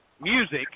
music